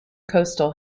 coastal